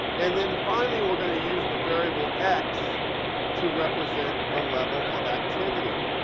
and then finally, we're going to use the variable x to represent the level of activity,